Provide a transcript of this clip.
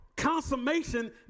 consummation